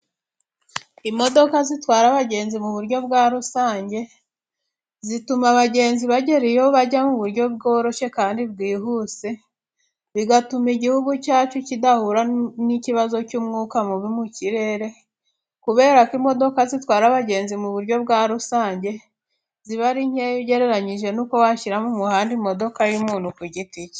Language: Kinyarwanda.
Imodoka zitwara abagenzi mu buryo bwa rusange, zituma abagenzi bagera iyo bajya mu buryo bworoshye kandi bwihuse, bigatuma igihugu cyacu kidahura n'ikibazo cy'umwuka mubi mu kirere, kubera ko imodoka zitwara abagenzi mu buryo bwa rusange, ziba ari nkeya ugereranyije n'uko bashyira mu muhanda imodoka y'umuntu ku giti cye.